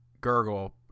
gurgle